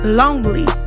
lonely